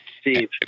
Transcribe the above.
Steve